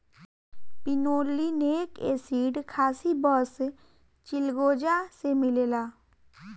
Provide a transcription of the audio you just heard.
pinolenic acid खासी बस चिलगोजा से मिलेला